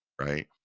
right